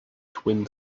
twin